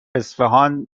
اصفهان